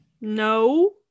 no